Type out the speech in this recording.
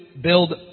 build